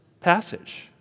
passage